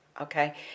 Okay